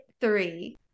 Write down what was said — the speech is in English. three